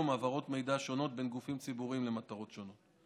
העברות מידע בין גופים ציבוריים למטרות שונות.